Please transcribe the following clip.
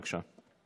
בבקשה.